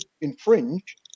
infringe